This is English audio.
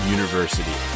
University